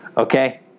okay